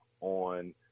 on